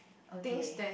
okay